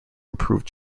improved